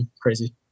crazy